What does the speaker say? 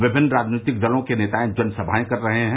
विभिन्न राजनीतिक दलों के नेता जनसभाएं कर रहे हैं